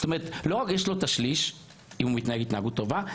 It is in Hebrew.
זאת אומרת שלא רק שיש לו את השליש אם ההתנהגות שלו טובה,